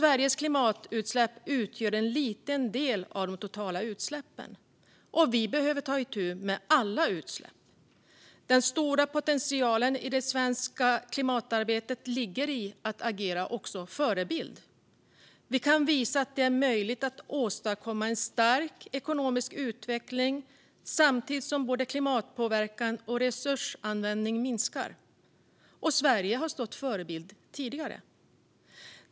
Vi behöver ta itu med alla utsläpp. Den stora potentialen i det svenska klimatarbetet ligger också i att agera förebild. Vi kan visa att det är möjligt att åstadkomma en stark ekonomisk utveckling samtidigt som både klimatpåverkan och resursanvändning minskar. Sverige har stått förebild tidigare.